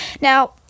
Now